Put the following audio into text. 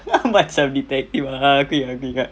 macam detective ah aku ingat aku ingat